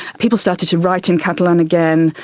people started to write in catalan again,